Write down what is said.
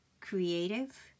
creative